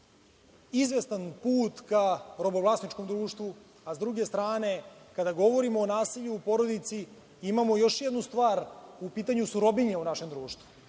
izvestan put ka robovlasničkom društvu, a s druge strane, kada govorimo o nasilju u porodici, imamo još jednu stvar, u pitanju su robinje u našem društvu,